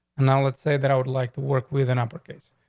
and now let's say that i would like to work with an uppercase.